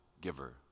giver